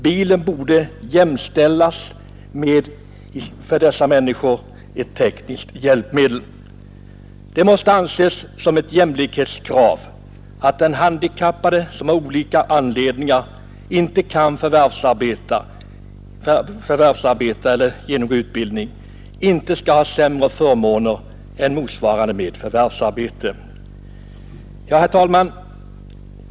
Bilen borde för dessa människor jämställas med ett tekniskt hjälpmedel. Det måste anses som ett jämlikhetskrav att den handikappade som av oiika anledningar inte kan förvärvsarbeta eller genomgå utbildning inte skall ha sämre förmåner än en handikappad med förvärvsarbete. Herr talman!